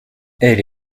elle